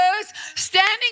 standing